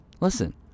Listen